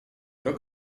rok